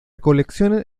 colección